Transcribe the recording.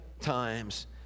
times